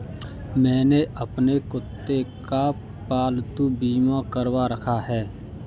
मैंने अपने कुत्ते का पालतू बीमा करवा रखा है